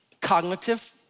cognitive